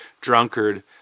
drunkard